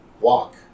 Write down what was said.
walk